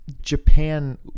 Japan